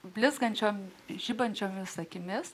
blizgančiom žibančiomis akimis